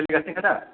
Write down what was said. सोलिगासिनोखा दा